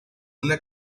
una